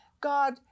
God